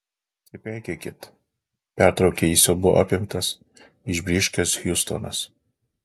atsipeikėkit pertraukė jį siaubo apimtas išblyškęs hiustonas